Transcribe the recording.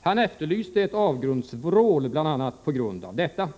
Han efterlyste ett avgrundsvrål bl.a. på grund av detta.